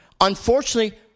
Unfortunately